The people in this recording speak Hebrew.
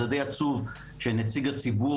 זה די עצוב שנציג הציבור,